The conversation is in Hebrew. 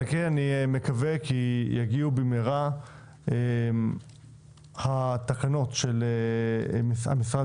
אני מקווה שיגיעו במהרה התקנות של המשרד